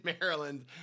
Maryland